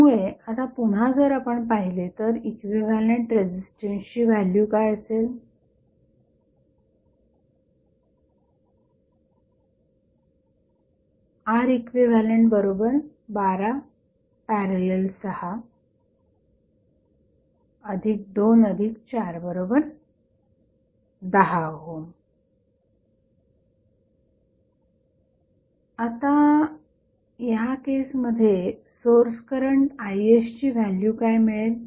त्यामुळे आता पुन्हा जर आपण पाहिले तर इक्विव्हॅलंट रेझिस्टन्सची व्हॅल्यू काय असेल Req12।।62410 आता या केसमध्ये सोर्स करंट Is ची व्हॅल्यू काय मिळेल